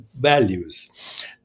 values